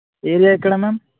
area ఎక్కడ ma'am